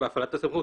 בהפעלת הסמכות